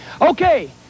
Okay